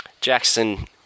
Jackson